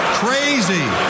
crazy